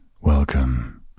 welcome